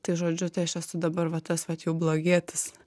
tai žodžiu tai aš esu dabar va tas vat jau blogietis